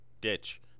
ditch